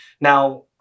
Now